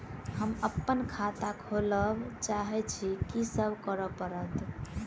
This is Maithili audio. हम अप्पन खाता खोलब चाहै छी की सब करऽ पड़त?